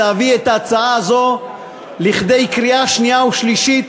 להביא את ההצעה הזאת לכדי קריאה שנייה ושלישית.